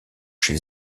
chez